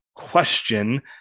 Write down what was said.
question